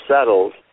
settled